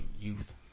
youth